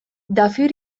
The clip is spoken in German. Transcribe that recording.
dafür